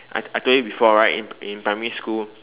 I I told you before right in in primary school